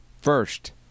first